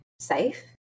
safe